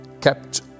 kept